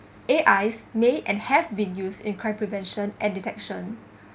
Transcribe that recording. A_I may and have been used in crime prevention and detection